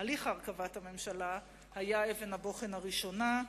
הליך הרכבת הממשלה היה אבן הבוחן הראשונה,